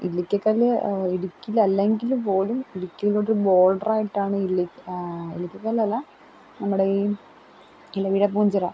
ഇല്ലിക്കക്കല്ല് ഇടുക്കിയിലല്ലെങ്കിൽപ്പോലും ഇടുക്കിയിലോട്ട് ബോഡറായിട്ടാണ് ഇല്ലി ഇല്ലിക്കക്കല്ലല്ല നമ്മുടെയീ ഇലവിഴാപ്പൂഞ്ചിറ